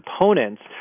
components